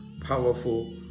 powerful